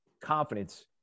confidence